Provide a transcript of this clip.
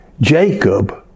Jacob